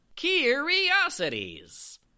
Curiosities